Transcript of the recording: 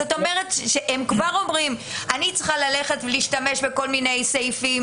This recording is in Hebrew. זאת אומרת שהם כבר אומרים שאני צריכה ללכת ולהשתמש בכל מיני סעיפים